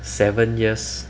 seven years